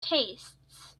tastes